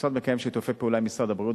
המשרד מקיים שיתופי פעולה עם משרד הבריאות,